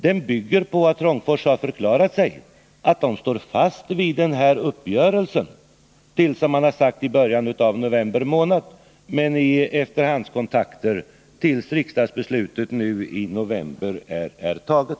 Den bygger på att Trångfors först förklarade sig stå fast vid denna uppgörelse till början av november månad och därefter, i efterhandskontakter, tills riksdagsbeslutet nu i november är taget.